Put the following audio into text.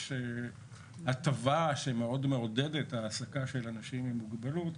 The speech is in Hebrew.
יש הטבה שמאוד מעודדת העסקה של אנשים עם מוגבלות,